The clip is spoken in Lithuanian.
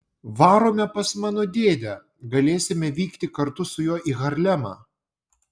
varome pas mano dėdę galėsime vykti kartu su juo į harlemą